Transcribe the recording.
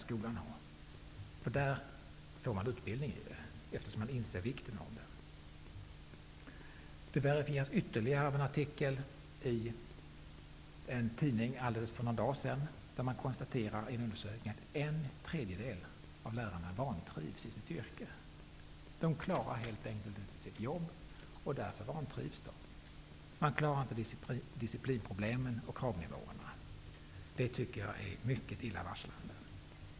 I näringslivet ges utbildning i dessa ämnen, eftersom man inser vikten av kunskap i dessa ämnen. Detta verifierades ytterligare i en artikel i en tidning för några dagar sedan. Av en undersökning framgick det att en tredjedel av lärarna vantrivs i sitt yrke. De klarar helt enkelt inte sitt jobb, och därför vantrivs de. De klarar inte disciplinproblemen och kravnivåerna. Jag tycker att det är mycket illavarslande.